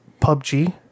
PUBG